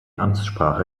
amtssprache